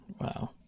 Wow